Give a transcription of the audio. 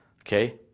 Okay